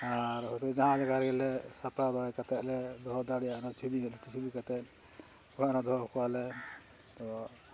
ᱟᱨ ᱡᱟᱦᱟᱸ ᱞᱮᱠᱟ ᱜᱮᱞᱮ ᱥᱟᱯᱲᱟᱣ ᱫᱟᱲᱮ ᱠᱟᱛᱮᱫ ᱞᱮ ᱫᱚᱦᱚ ᱫᱟᱲᱮᱭᱟᱜᱼᱟ ᱚᱱᱟ ᱪᱷᱚᱵᱤ ᱞᱟᱴᱩ ᱪᱷᱚᱵᱤ ᱠᱟᱛᱮᱫ ᱚᱲᱟᱜᱨᱮ ᱫᱚᱦᱚ ᱠᱚᱣᱟᱞᱮ ᱛᱚ